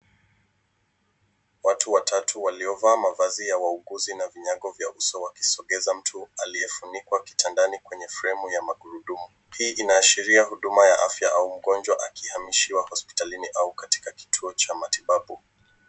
Watu watatu waliovaa mavazi ya wauguzi na vinyango vya uso wakisogeza mtu aliyefunikwa kitandani kwenye framu ya magurudumu. Hii inahashiria huduma ya afya au mgonjwa akihamishiwa hospitalini au katika kituo cha matibabu.